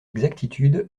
exactitude